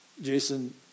Jason